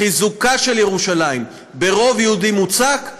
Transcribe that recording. חיזוקה של ירושלים ברוב יהודי מוצק,